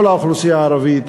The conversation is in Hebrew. כל האוכלוסייה הערבית,